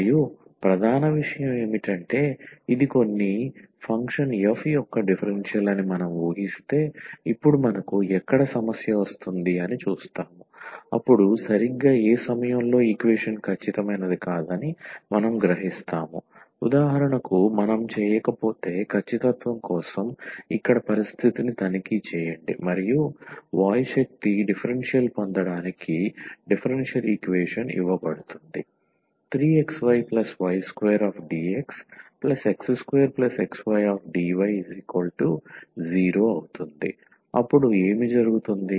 మరియు ప్రధాన విషయం ఏమిటంటే ఇది కొన్ని ఫంక్షన్ f యొక్క డిఫరెన్షియల్ అని మనం ఊహిస్తే ఇప్పుడు మనకు ఎక్కడ సమస్య వస్తుంది అని చూస్తాము అప్పుడు సరిగ్గా ఏ సమయంలో ఈక్వేషన్ ఖచ్చితమైనది కాదని మనం గ్రహిస్తాము ఉదాహరణకు మనం చేయకపోతే ఖచ్చితత్వం కోసం ఇక్కడ పరిస్థితిని తనిఖీ చేయండి మరియు వాయు శక్తి డిఫరెన్షియల్ పొందడానికి డిఫరెన్షియల్ ఈక్వేషన్ ఇవ్వబడుతుంది 3xyy2dxx2xydy0 అప్పుడు ఏమి జరుగుతుంది